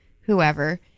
whoever